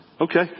Okay